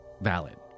valid